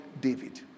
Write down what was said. David